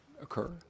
occur